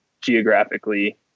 geographically